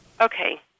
Okay